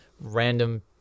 random